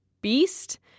beast